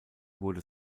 wurde